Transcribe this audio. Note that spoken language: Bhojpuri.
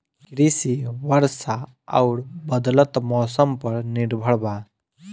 कृषि वर्षा आउर बदलत मौसम पर निर्भर बा